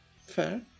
Fair